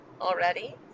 already